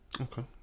okay